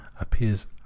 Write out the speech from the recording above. appears